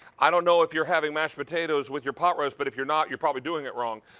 i don't know if you're having mashed potatoes with your pot roast. but if you're not, you're probably doing it wrong.